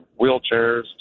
wheelchairs